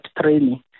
training